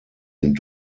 sind